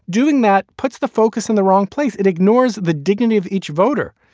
doing that puts the focus in the wrong place. it ignores the dignity of each voter.